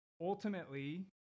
ultimately